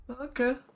Okay